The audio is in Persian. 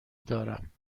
داریم